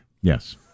Yes